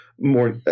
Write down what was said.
more